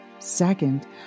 Second